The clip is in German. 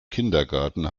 kindergarten